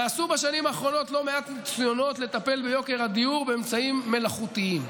נעשו בשנים האחרונות לא מעט פעולות לטפל ביוקר הדיור באמצעים מלאכותיים.